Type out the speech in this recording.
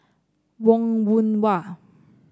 Wong Yoon Wah